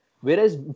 Whereas